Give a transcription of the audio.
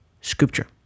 scripture